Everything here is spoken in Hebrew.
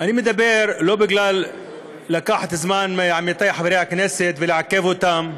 אני מדבר לא בשביל לקחת זמן מעמיתי חברי הכנסת ולעכב אותם,